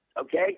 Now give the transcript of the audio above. okay